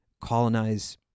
colonize